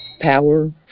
power